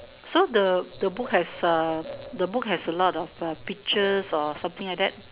so the the book has a the book has a lot of uh pictures or something like that